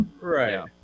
Right